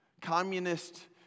Communist